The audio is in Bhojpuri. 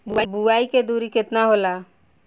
बुआई के दुरी केतना होला?